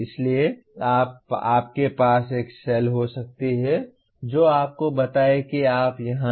इसलिए आप पास एक सेल हो सकती हैं जो आपको बताए कि आप यहां हैं